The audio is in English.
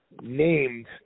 named